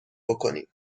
بکنیم